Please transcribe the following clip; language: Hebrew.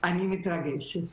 אני מתרגשת,